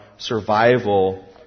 Survival